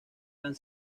tan